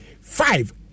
five